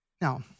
Now